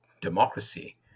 democracy